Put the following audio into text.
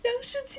梁世杰